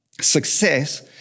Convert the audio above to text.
Success